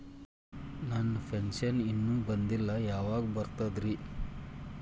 ನನ್ನ ಪೆನ್ಶನ್ ಇನ್ನೂ ಬಂದಿಲ್ಲ ಯಾವಾಗ ಬರ್ತದ್ರಿ?